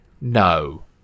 No